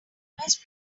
always